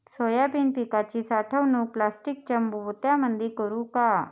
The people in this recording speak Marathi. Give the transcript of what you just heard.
सोयाबीन पिकाची साठवणूक प्लास्टिकच्या पोत्यामंदी करू का?